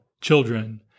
children